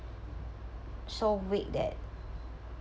so weak that